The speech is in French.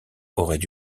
auraient